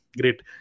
great